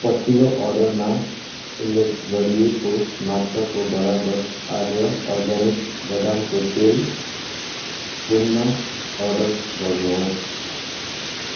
पछिल्लो अर्डरमा उल्लेख गरिएको मात्राको बराबर आर्य अर्ग्यानिक बदामको तेल पुन अर्डर गर्नुहोस्